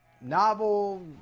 novel